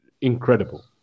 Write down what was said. incredible